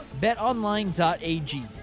Betonline.ag